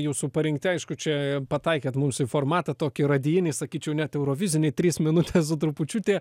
jūsų parinkti aišku čia pataikėt mums į formatą tokį radijinį sakyčiau net eurovizinį tris minutes su trupūčiutį